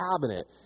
cabinet